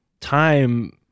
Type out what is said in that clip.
time